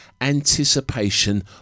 anticipation